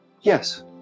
Yes